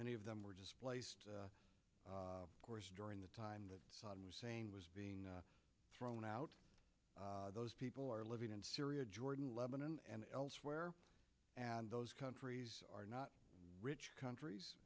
many of them were displaced of course during the time that saddam hussein was being thrown out those people are living in syria jordan lebanon and elsewhere and those countries are not rich countries